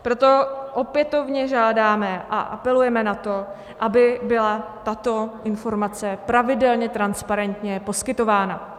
Proto opětovně žádáme a apelujeme na to, aby byla tato informace pravidelně transparentně poskytována.